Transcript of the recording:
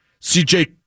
CJ